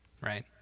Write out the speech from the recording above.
right